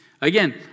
Again